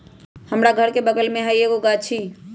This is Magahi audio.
हमरा घर के बगल मे भी एगो गाछी हई